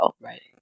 right